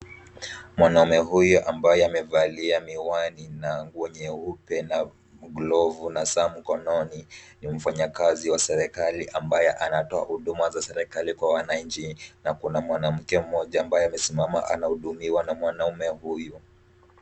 Mwanaume huyu ambaye amevalia miwani na nguo nyeupe na glovu na saa mkononi. Ni mfanyakazi wa serikali ambaye anatoa huduma za serikali kwa wananchi na kuna mwanamke mmoja ambaye amesimama anahudumiwa na mwanaume huyu.